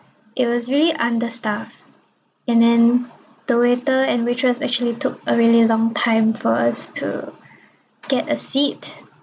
it was really understaff and then the waiter and waitress actually took a really long time for us to get a seat